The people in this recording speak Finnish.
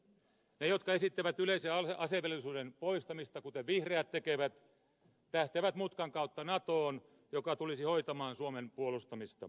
ne jotka esittävät yleisen asevelvollisuuden poistamista kuten vihreät tekevät tähtäävät mutkan kautta natoon joka tulisi hoitamaan suomen puolustamista